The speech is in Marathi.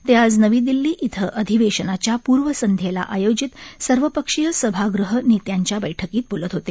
ते आज नवी दिल्ली इथं अधिवेशनाच्या पूर्वसंध्येला आयोजित सर्वपक्षीय सभागृह नेत्यांच्या बैठकीत बोलत होते